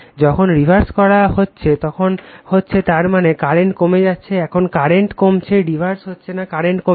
যখন রিভার্স করা হচ্ছে তখন হচ্ছে তার মানে কারেন্ট কমে যাচ্ছে এখন কারেন্ট কমছে রিভার্স হচ্ছে না কারেন্ট কমছে